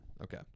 Okay